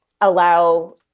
allow